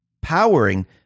powering